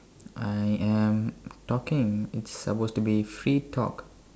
I am talking it's supposed to be free talk